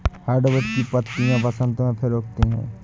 hardwood की पत्तियां बसन्त में फिर उगती हैं